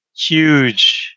huge